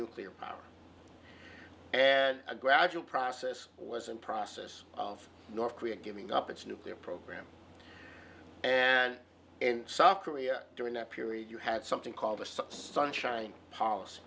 nuclear power and a gradual process was in process of north korea giving up its nuclear program and in south korea during that period you had something called the sub sunshine policy